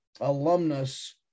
alumnus